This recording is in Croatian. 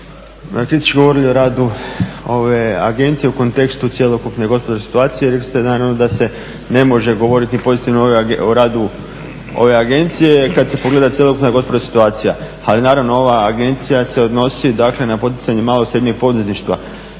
govorili o radu ove agencije u kontekstu cjelokupne gospodarske situacije. Rekli ste naravno da se ne može govoriti ni pozitivno o radu ove agencije, jer kad se pogleda cjelokupna gospodarska situacija. Ali naravno ova agencija se odnosi, dakle na poticanje malog i srednjeg poduzetništva,